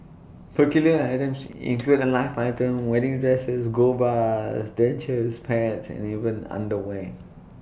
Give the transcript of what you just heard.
peculiar items include A live python wedding dresses gold bars dentures pets and even underwear